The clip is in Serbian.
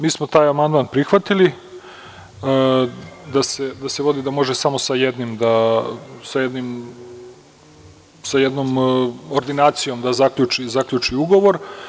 Mi smo taj amandman prihvatili da se vodi, da može samo sa jednom ordinacijom da zaključi ugovor.